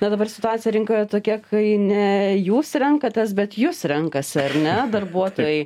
na dabar situacija rinkoje tokia kai ne jūs renkatės bet jus renkasi ar ne darbuotojai